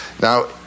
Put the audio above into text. Now